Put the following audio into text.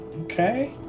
okay